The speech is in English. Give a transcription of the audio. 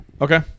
Okay